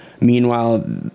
Meanwhile